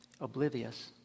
Oblivious